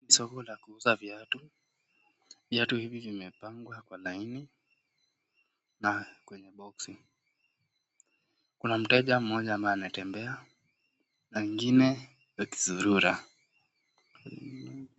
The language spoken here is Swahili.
Soko la kuuza viatu . Viatu hivi vimepangwa kwa laini na kwenye boksi . Kuna mteja mmoja ambaye anatembea na ingine wakizurura.